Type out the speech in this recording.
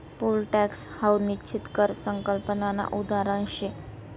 pole tax हाऊ निश्चित कर संकल्पनानं उदाहरण शे